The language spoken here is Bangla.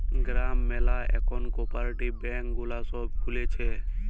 গ্রাম ম্যালা এখল কপরেটিভ ব্যাঙ্ক গুলা সব খুলছে